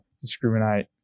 discriminate